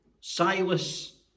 Silas